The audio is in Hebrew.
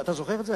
אתה זוכר את זה?